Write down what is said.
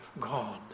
God